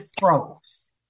froze